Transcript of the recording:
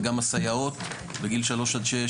זה גם הסייעות לגיל שלוש עד שש,